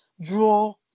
Draw